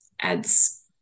adds